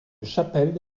chapelle